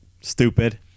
Stupid